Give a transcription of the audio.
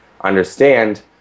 understand